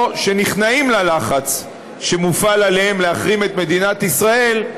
או שנכנעים ללחץ שמופעל עליהם להחרים את מדינת ישראל,